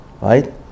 right